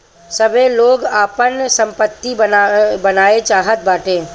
सबै लोग आपन सम्पत्ति बनाए चाहत बाटे